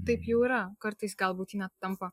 taip jau yra kartais galbūt net tampa